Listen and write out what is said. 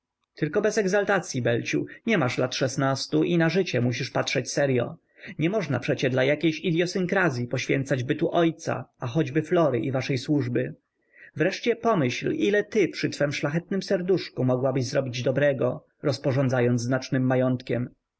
tylko bez egzaltacyi belciu nie masz lat szesnastu i na życie musisz patrzeć seryo nie można przecie dla jakiejś idyosynkrazyi poświęcać bytu ojca a choćby flory i waszej służby wreszcie pomyśl ile ty przy twem szlachetnem serduszku mogłabyś zrobić dobrego rozporządzając znacznym majątkiem